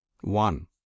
one